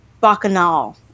Bacchanal